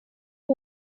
肌肉